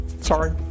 Sorry